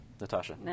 Natasha